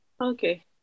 Okay